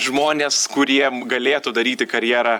žmonės kuriem galėtų daryti karjerą